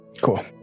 Cool